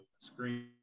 screen